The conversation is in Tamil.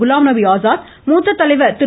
குலாம்நபிசாத் மூத்த தலைவா திரு